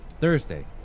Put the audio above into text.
Thursday